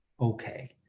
okay